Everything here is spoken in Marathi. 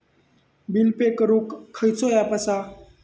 बिल पे करूक खैचो ऍप असा?